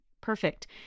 perfect